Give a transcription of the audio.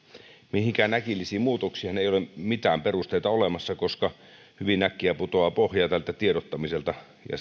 mihinkään äkillisiin muutoksiin ei ole mitään perusteita olemassa koska hyvin äkkiä putoaa pohja tältä tiedottamiselta ja